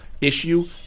issue